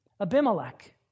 Abimelech